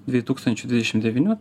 dviejų tūkstančių dvidešim devynių